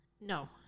No